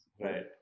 Right